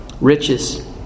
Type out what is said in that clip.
Riches